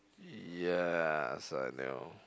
yes I know